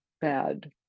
bad